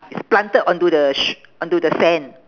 it's planted onto the shh~ onto the sand